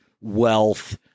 wealth